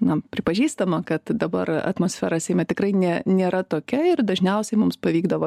na pripažįstama kad dabar atmosfera seime tikrai nė nėra tokia ir dažniausia mums pavykdavo